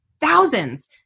thousands